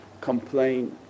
complain